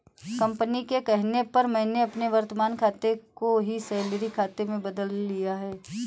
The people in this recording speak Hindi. कंपनी के कहने पर मैंने अपने वर्तमान खाते को ही सैलरी खाते में बदल लिया है